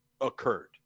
occurred